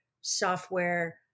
software